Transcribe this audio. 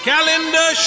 Calendar